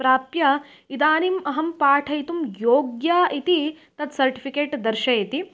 प्राप्य इदानीम् अहं पाठयितुं योग्या इति तत् सर्टिफ़िकेट् दर्शयति